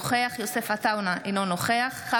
אינו נוכח יוסף עטאונה,